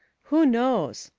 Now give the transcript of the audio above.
who knows?